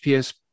PS